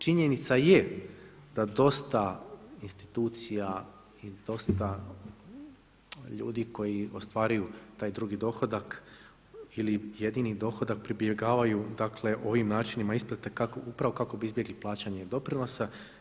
Činjenica je da dosta institucija i dosta ljudi koji ostvaruju taj drugi dohodak ili jedini dohodak pribjegavaju, dakle ovim načinima isplate upravo kako bi izbjegli plaćanje doprinosa.